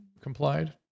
complied